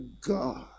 God